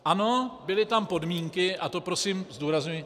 Ano, byly tam podmínky, a to prosím zdůrazňuji...